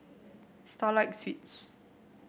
Starlight Suites